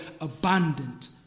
abundant